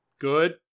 good